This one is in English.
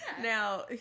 Now